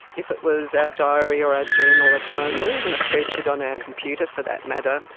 if it was our diary or our journal at home or even a spreadsheet on our computer for that matter,